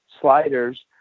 sliders